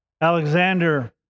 Alexander